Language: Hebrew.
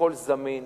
הכול זמין,